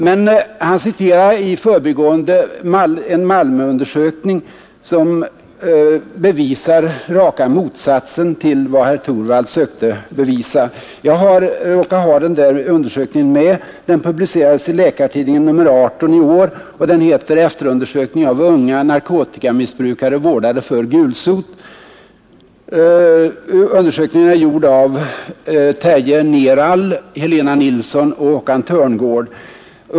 Men han citerade i förbigående också en Malmöundersökning, som visar raka motsatsen till vad herr Torwald försökte bevisa. Jag råkar ha denna undersökning tillgänglig. Den publicerades i nr 18 av Läkartidningen i år och har rubriken ”Efterundersökning av unga narkotikamissbrukare vårdade för gulsot”. Undersökningen är gjord av Terje Neraal, Helena Nilsson och Håkan Törngård.